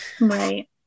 Right